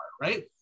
right